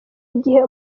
igihe